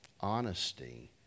Honesty